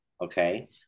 okay